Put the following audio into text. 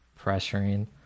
pressuring